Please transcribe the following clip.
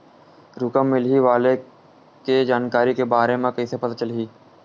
रकम मिलही वाले के जानकारी के बारे मा कइसे पता चलही?